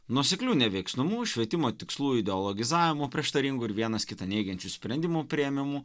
nuosekliu neveiksnumu švietimo tikslų ideologizavimo prieštaringų ir vienas kitą neigiančių sprendimų priėmimu